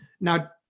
Now